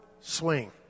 swing